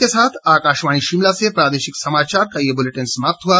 इसी के साथ आकाशवाणी शिमला से प्रादेशिक समाचार का ये बुलेटिन समाप्त हुआ